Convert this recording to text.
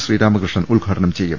ശ്രീരാമകൃഷ്ണൻ ഉദ്ഘാടനം ചെയ്യും